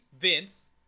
Vince